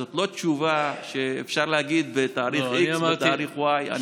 זו לא תשובה שאפשר להגיד תאריך x ותאריך y.